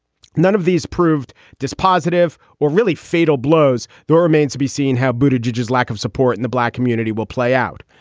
none of these proved dispositive or really fatal blows. there remains to be seen how bhuta judges lack of support in the black community will play out.